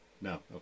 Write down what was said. No